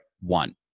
one